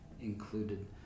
included